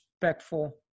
Respectful